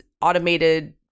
automated